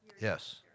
yes